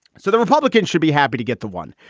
so the republicans should be happy to get the one.